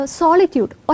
solitude